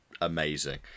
amazing